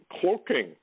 cloaking